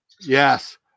Yes